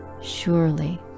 Surely